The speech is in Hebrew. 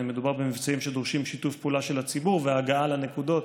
מדובר במבצעים שדורשים שיתוף פעולה של הציבור והגעה לנקודות,